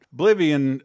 Oblivion